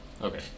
Okay